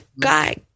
guy